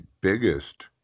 biggest